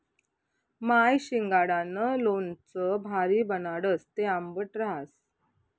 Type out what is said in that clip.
माय शिंगाडानं लोणचं भारी बनाडस, ते आंबट रहास